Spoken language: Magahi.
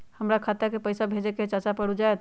हमरा खाता के पईसा भेजेए के हई चाचा पर ऊ जाएत?